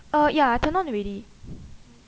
uh ya I turn on already